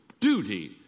duty